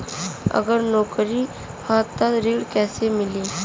अगर नौकरी ह त ऋण कैसे मिली?